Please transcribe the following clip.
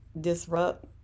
disrupt